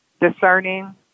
discerning